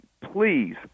please